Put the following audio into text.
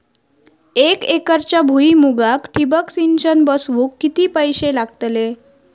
एक एकरच्या भुईमुगाक ठिबक सिंचन बसवूक किती पैशे लागतले?